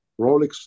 Rolex